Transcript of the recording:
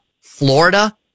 Florida